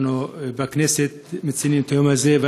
אנחנו בכנסת מציינים את היום הזה,